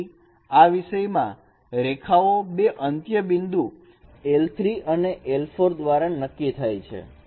તેથી આ વિષયમાં રેખાઓ બે અંત્યબિંદુ l3 અને l4 દ્વારા નક્કી થાય છે